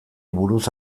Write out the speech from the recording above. buruz